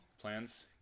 plans